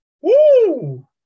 Woo